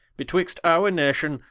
betwixt our nation,